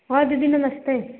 हाँ दीदी नमस्ते